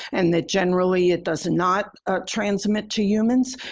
and that generally it does not transmit to humans.